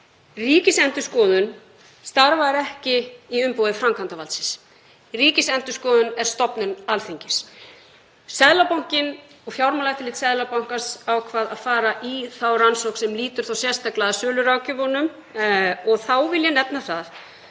Ríkisendurskoðun starfar ekki í umboði framkvæmdarvaldsins. Ríkisendurskoðun er stofnun Alþingis. Seðlabankinn og fjármálaeftirlit Seðlabankans ákvað að fara í þá rannsókn sem lýtur sérstaklega að söluráðgjöfunum. Þá vil ég nefna það